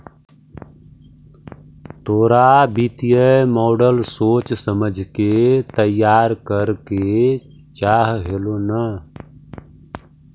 तोरा वित्तीय मॉडल सोच समझ के तईयार करे के चाह हेलो न